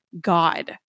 God